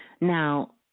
Now